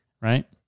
right